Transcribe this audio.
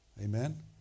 Amen